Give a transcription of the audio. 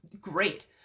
great